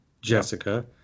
Jessica